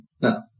No